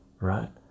right